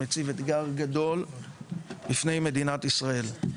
מציב אתגר גדול בפני מדינת ישראל,